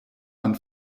man